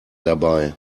dabei